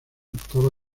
octava